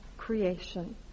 creation